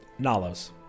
Nalos